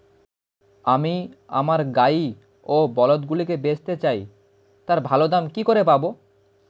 আমি আমার গাই ও বলদগুলিকে বেঁচতে চাই, তার ভালো দাম কি করে পাবো?